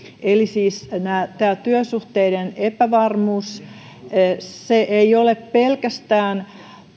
eli siis tämä työsuhteiden epävarmuus ei ole pelkästään